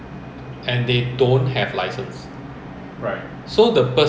licensing and qualification that willing to do this kind of job